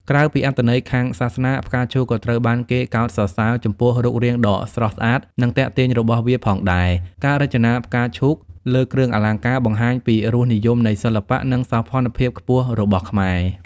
ក្រៅពីអត្ថន័យខាងសាសនា ផ្កាឈូកក៏ត្រូវបានគេកោតសរសើរចំពោះរូបរាងដ៏ស្រស់ស្អាត និងទាក់ទាញរបស់វាផងដែរ ការរចនាក្បាច់ផ្កាឈូកលើគ្រឿងអលង្ការបង្ហាញពីរសនិយមនៃសិល្បៈ និងសោភ័ណភាពខ្ពស់របស់ខ្មែរ។